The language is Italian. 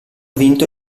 vinto